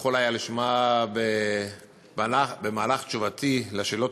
יכול היה לשמוע במהלך תשובתי על השאלות